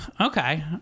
Okay